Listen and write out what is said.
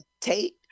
Tate